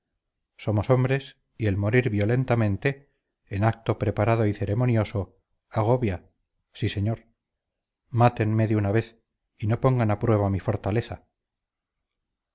somos hombres y el morir violentamente en acto preparado y ceremonioso agobia sí señor mátenme de una vez y no pongan a prueba mi fortaleza